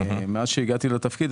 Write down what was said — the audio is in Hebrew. מאז שהגעתי לתפקיד,